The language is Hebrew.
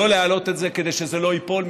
לא להעלות את זה כדי שזה לא ייפול,